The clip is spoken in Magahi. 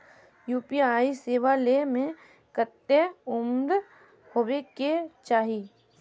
यु.पी.आई सेवा ले में कते उम्र होबे के चाहिए?